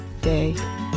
day